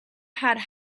had